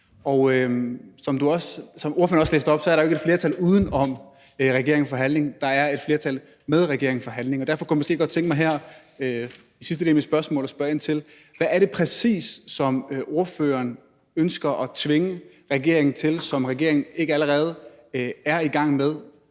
og som ordføreren også fik sagt, er der jo ikke et flertal uden om regeringen for handling; der er et flertal med regeringen for handling. Derfor kunne jeg måske godt tænke mig her i den sidste del af mit spørgsmål at spørge ind til: Hvad er det præcis, ordføreren ønsker at tvinge regeringen til, som regeringen ikke allerede er i gang med,